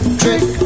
trick